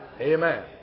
Amen